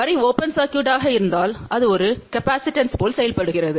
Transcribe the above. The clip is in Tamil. வரி ஓபன் சர்க்யுட் இருந்தால் அது ஒரு கெபாசிடண்ஸ் போல் செயல்படுகிறது